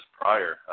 prior